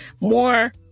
more